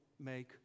make